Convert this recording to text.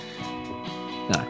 No